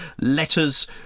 letters